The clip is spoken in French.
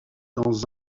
dans